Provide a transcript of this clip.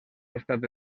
estat